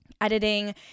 Editing